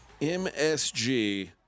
MSG